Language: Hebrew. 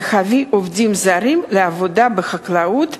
להביא עובדים זרים לעבודה בחקלאות,